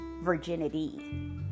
virginity